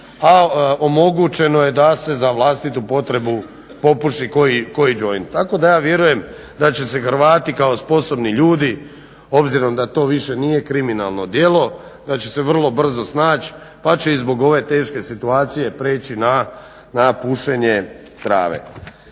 a omogućeno je da se za vlastitu potrebu popuši koji joint. Tako da ja vjerujem da će se Hrvati kao sposobni ljudi obzirom da to više nije kriminalno djelo, da će se vrlo brzo snaći pa će i zbog ove teške situacije preći na pušenje trave.